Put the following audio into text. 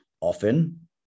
Often